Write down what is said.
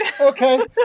Okay